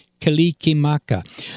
kalikimaka